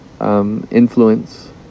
influence